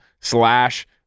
slash